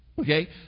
okay